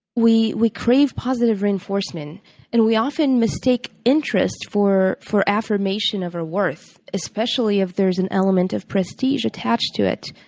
we we crave positive reinforcement and we often mistake interest for for affirmation of our worth, especially if there's an element of prestige attached to it.